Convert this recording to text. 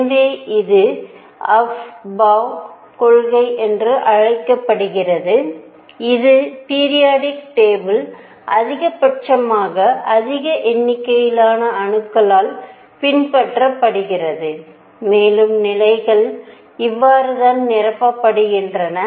எனவே இது அஃபாவ் கொள்கை என்று அழைக்கப்படுகிறது இது பிரியாடிக் டேபிள் அதிகபட்சமாக அதிக எண்ணிக்கையிலான அணுக்களால் பின்பற்றப்படுகிறது மேலும் நிலைகள் இவ்வாறு தான் நிரப்பப்படுகின்றன